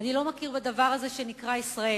"אני לא מכיר בדבר הזה שנקרא ישראל.